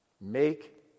Make